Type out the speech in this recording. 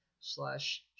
Slash